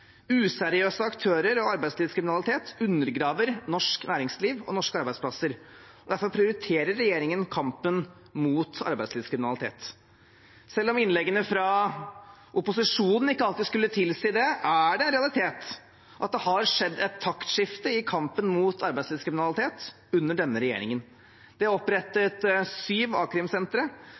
Useriøse aktører og arbeidslivskriminalitet undergraver norsk næringsliv og norske arbeidsplasser. Derfor prioriterer regjeringen kampen mot arbeidslivskriminalitet. Selv om innleggene fra opposisjonen ikke alltid skulle tilsi det, er det en realitet at det har skjedd et taktskifte i kampen mot arbeidslivskriminalitet under denne regjeringen. Det er opprettet syv